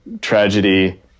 tragedy